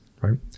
right